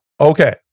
Okay